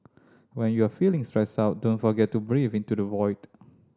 when you are feeling stressed out don't forget to breathe into the void